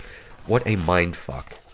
what a mind fuck,